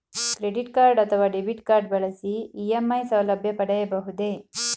Credit card ಅಥವಾ debit card ಬಳಸಿ EMI ಸೌಲಭ್ಯ ಪಡೆಯಬಹುದೇ?